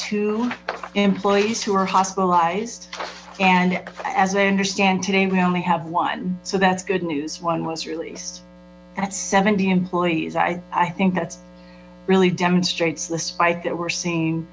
two employees who are hospitalized and as i understand today we only have one so that's good news one was released that's seventy employees i think that's really demonstrate the spike that we're seeing